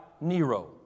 Nero